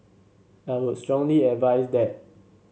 I would strongly advise that